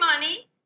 Money